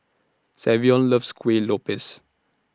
Savion loves Kuih Lopes